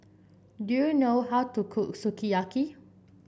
do you know how to cook Sukiyaki